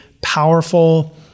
powerful